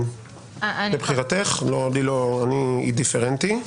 לבחירתך, אני אינדיפרנטי.